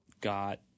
got